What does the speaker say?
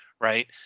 right